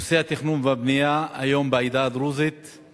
נושא התכנון והבנייה היום בעדה הדרוזית הוא